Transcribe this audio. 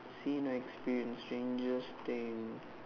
seen or experience strangest thing